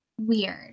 weird